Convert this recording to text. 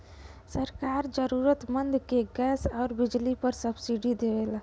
सरकार जरुरतमंद के गैस आउर बिजली पर सब्सिडी देवला